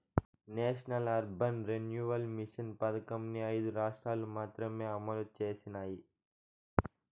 national urban renewal mission పథకంని ఐదు రాష్ట్రాలు మాత్రమే అమలు చేసినాయి